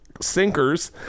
Sinkers